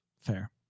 Fair